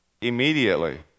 Immediately